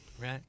right